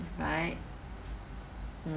right